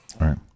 right